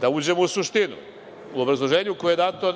da uđemo u suštinu, u obrazloženju koje je dato